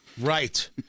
Right